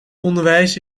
onderwijs